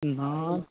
എന്നാൽ